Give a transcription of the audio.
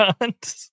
hunt